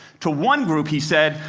to one group he said,